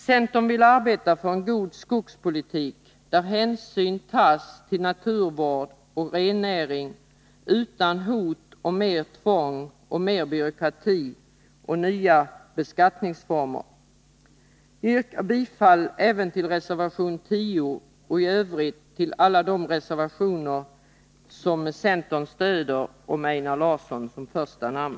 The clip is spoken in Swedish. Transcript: Centern vill arbeta för en god skogspolitik där hänsyn tas till naturvård och rennäring utan hot om mer tvång och mer byråkrati och nya beskattningsformer. Jag yrkar bifall till reservation 10 och i övrigt till de reservationer som centern stöder och som har Einar Larsson som första namn.